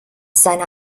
seine